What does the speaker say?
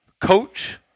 coach